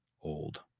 old